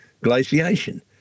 glaciation